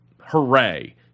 Hooray